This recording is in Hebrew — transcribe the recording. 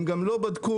הם גם לא בדקו,